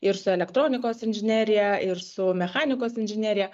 ir su elektronikos inžinerija ir su mechanikos inžinerija